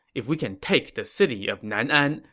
if we can take the city of nan'an,